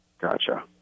Gotcha